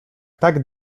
tak